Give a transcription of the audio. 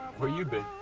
where you been?